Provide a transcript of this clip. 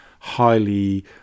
highly